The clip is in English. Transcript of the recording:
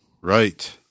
Right